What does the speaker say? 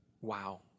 Wow